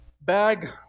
bag